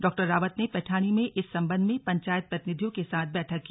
डारावत ने पैठाणी में इस संबंध में पंचायत प्रतिनिधियों के साथ बैठक की